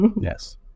Yes